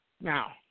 Now